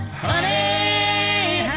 honey